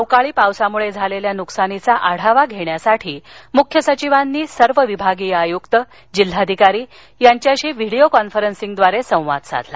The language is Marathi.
अवकाळी पावसामुळे झालेल्या नुकसानीचा आढावा घेण्यासाठी मुख्य सचिवांनी सर्व विभागीय आयुक्त जिल्हाधिकारी यांच्याशी व्हिडिओ कॉन्फरन्सिंगद्वारे संवाद साधला